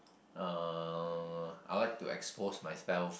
uh I'd like to expose myself